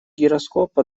гироскопа